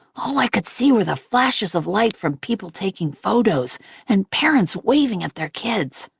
all i could see were the flashes of light from people taking photos and parents waving at their kids.